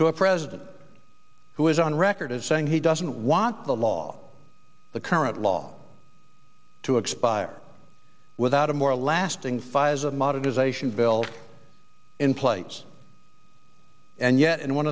to a president who is on record as saying he doesn't want the law the current law to expire without a more lasting fires of modernization bill in place and yet in one